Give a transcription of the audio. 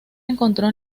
encontró